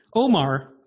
Omar